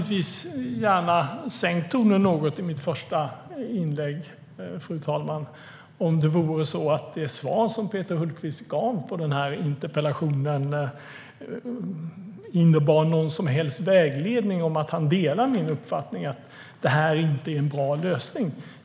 Jag hade gärna sänkt tonen något i mitt första inlägg om det svar som Peter Hultqvist gav på interpellationen hade inneburit någon som helst vägledning om att han delar min uppfattning att detta inte är en bra lösning.